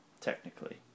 technically